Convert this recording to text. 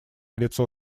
лицо